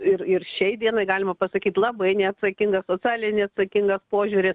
ir ir šiai dienai galima pasakyt labai neatsakingas socialiai neatsakingas požiūris